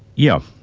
yes.